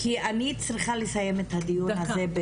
כי אני צריכה לסיים את הדיון הזה,